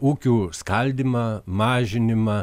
ūkių skaldymą mažinimą